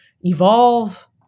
evolve